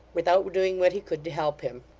without doing what he could to help him.